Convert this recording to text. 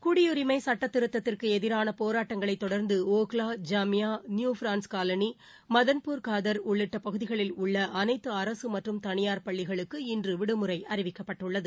குடியரிமை சுட்டத்திருத்தத்திற்கு எதிரான போராட்டங்களை தொடர்ந்து Okhla Jamia New Friends Colony Madanpur Khadar உள்ளிட்ட பகுதிகளில் உள்ள அனைத்து அரசு மற்றும் தனியார் பள்ளிகளுக்கு இன்று விடுமுறை அறிவிக்கப்பட்டுள்ளது